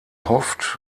hofft